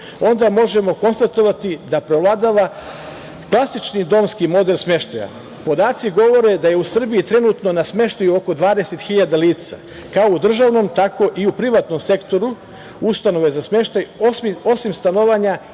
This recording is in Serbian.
onda možemo konstatovati da preovladava klasični domski model smeštaja. Podaci govore da je u Srbiji trenutno na smeštaju oko 20 hiljada lica, kao u državnom, tako i u privatnom Sektoru ustanove za smeštaj, osim stanovanja,